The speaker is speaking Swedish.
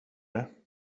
det